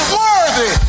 worthy